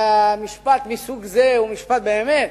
ומשפט מסוג זה הוא משפט, באמת,